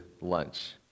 lunch